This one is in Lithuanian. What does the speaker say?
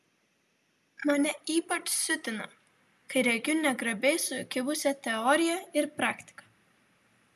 mane ypač siutina kai regiu negrabiai sukibusią teoriją ir praktiką